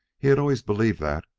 he had always believed that,